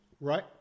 Right